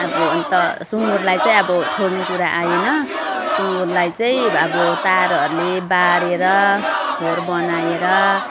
अब अन्त सुँगुरलाई चाहिँ अब छोड्ने कुरा आएन सुँगुरलाई चाहिँ अब तारहरूले बारेर खोर बनाएर